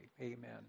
amen